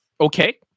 Okay